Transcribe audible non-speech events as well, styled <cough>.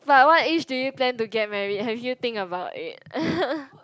but what age do you plan to get married have you think about it <laughs>